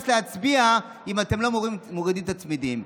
להצביע אם אתם לא מורידים את הצמידים.